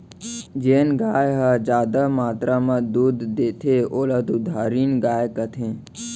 जेन गाय ह जादा मातरा म दूद देथे ओला दुधारिन गाय कथें